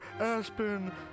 Aspen